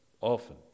often